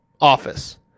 office